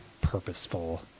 purposeful